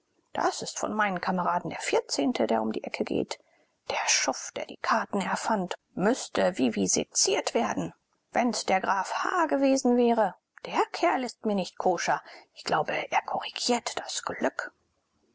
das ist von meinen kameraden der vierzehnte der um die ecke geht der schuft der die karten erfand müßte viviseziert werden wenn's der graf h gewesen wäre der kerl ist mir nicht koscher ich glaube er korrigiert das glück